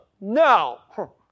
no